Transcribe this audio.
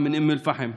אום אל-פחם,